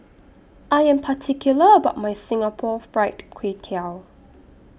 I Am particular about My Singapore Fried Kway Tiao